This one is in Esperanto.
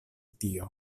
tio